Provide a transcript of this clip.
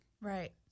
Right